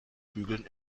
bügeln